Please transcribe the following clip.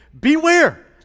beware